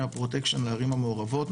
מהפרוטקשן לערים המעורבות,